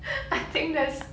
I think that's